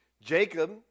Jacob